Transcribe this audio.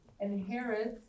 inherits